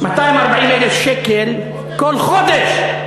240,000 שקל כל חודש.